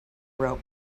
rope